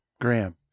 Graham